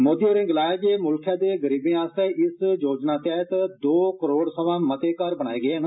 मोदी होरे गलाया जे देश दे गरीबें आस्तै इस योजना दे तहत दो करोड़ सवां मते घर बनाए गए न